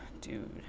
dude